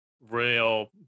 real